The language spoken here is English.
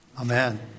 Amen